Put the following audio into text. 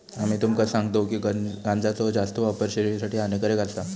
आम्ही तुमका सांगतव की गांजाचो जास्त वापर शरीरासाठी हानिकारक आसा